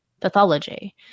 pathology